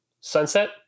sunset